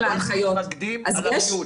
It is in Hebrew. אנחנו מתמקדים במיעוט.